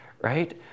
right